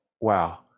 wow